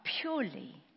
purely